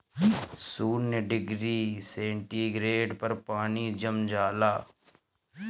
शून्य degree centigrade पर पानी जम जाला